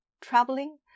traveling